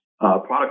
Product